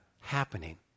happening